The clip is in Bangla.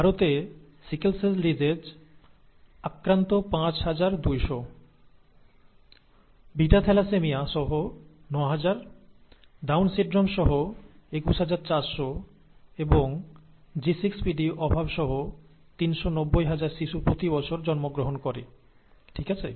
ভারতে সিকেল সেল ডিজেজে আক্রান্ত পাঁচ হাজার দুইশ বিটা থ্যালাসেমিয়া সহ নয় হাজার ডাউন সিনড্রোম সহ একুশ হাজার চারশ এবং G6PD অভাব সহ তিনশ নব্বই হাজার শিশু প্রতি বছর জন্মগ্রহণ করে ঠিক আছে